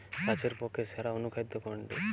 গাছের পক্ষে সেরা অনুখাদ্য কোনটি?